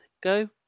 go